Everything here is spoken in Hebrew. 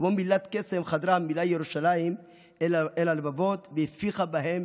כמו מילת קסם חדרה המילה "ירושלים" אל הלבבות והפיחה בהם